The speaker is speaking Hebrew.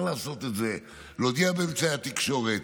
לעשות את זה או להודיע באמצעי התקשורת,